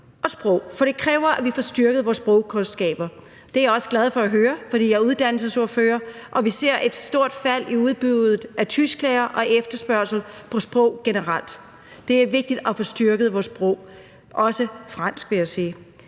og sprog. For det kræver, at vi får styrket vores sprogkundskaber. Det er jeg også glad for at høre, for jeg er uddannelsesordfører og vi ser et stort fald i udbuddet af tysklærere og i efterspørgslen på sprogkundskaber generelt. Det er vigtigt at få styrket vores sprog, også fransk, vil jeg sige.